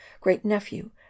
great-nephew